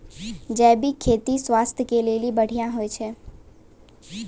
जैविक खेती स्वास्थ्य के लेली बढ़िया होय छै